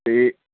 ਅਤੇ